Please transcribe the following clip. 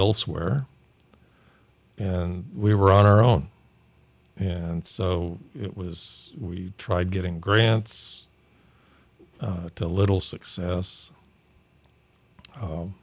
elsewhere and we were on our own and so it was we tried getting grants to little success